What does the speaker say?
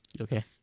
Okay